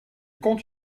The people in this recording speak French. compte